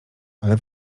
ale